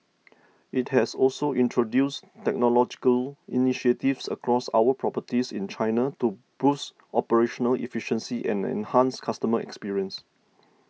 it has also introduced technological initiatives across our properties in China to boost operational efficiency and enhance customer experience